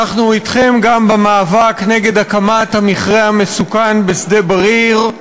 אנחנו אתכם גם במאבק נגד הקמת המכרה המסוכן בשדה-בריר.